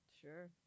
Sure